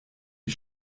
die